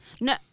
no